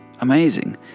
Amazing